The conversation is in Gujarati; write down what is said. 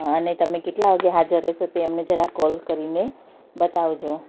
અને તમે કેટલા વાગે હાજર રહેશો તે અમને જરાક કોલ કરીને બતાવજો